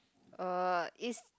uh is